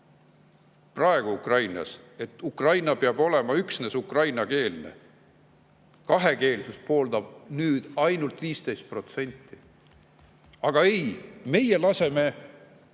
praegu Ukrainas, et Ukraina peab olema üksnes ukrainakeelne. Kakskeelsust pooldab nüüd ainult 15%. Aga ei, meie laseme